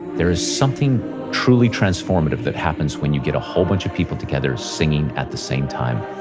there is something truly transformative that happens when you get a whole bunch of people together, singing at the same time,